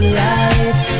life